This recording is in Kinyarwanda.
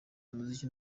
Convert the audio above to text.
umuziki